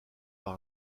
par